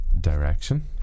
Direction